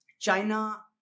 China